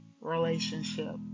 relationship